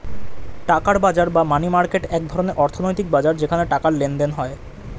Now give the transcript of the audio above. টাকার বাজার বা মানি মার্কেট এক ধরনের অর্থনৈতিক বাজার যেখানে টাকার লেনদেন হয়